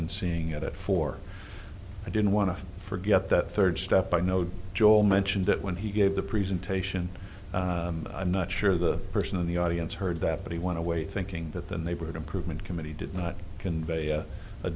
in seeing it for i didn't want to forget that third step i know joel mentioned that when he gave the presentation i'm not sure the person in the audience heard that but he want to wait thinking that the neighborhood improvement committee did not convey